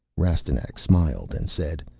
rastignac smiled and said,